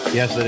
Yes